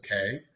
okay